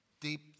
Deep